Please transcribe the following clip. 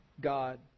God